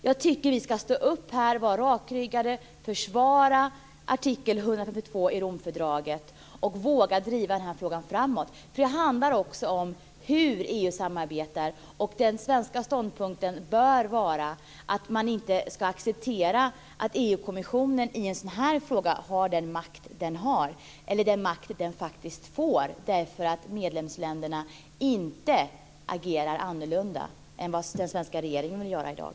Jag tycker att vi ska stå upp här, vara rakryggade, försvara artikel 152 i Romfördraget och våga driva den här frågan framåt. Det handlar också om hur EU samarbetar. Den svenska ståndpunkten bör vara att man inte ska acceptera att EU-kommissionen i en sådan här fråga har den makt den har - eller den makt den faktiskt får på grund av att medlemsländerna inte agerar annorlunda än vad den svenska regeringen vill göra i dag.